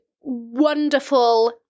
wonderful